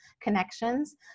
connections